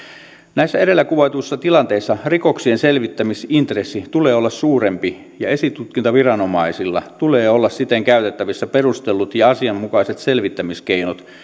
näissä edellä kuvatuissa tilanteissa rikoksien selvittämisintressin tulee olla suurempi ja esitutkintaviranomaisilla tulee olla siten käytettävissä perustellut ja asianmukaiset selvittämiskeinot